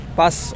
pass